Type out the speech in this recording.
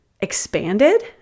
expanded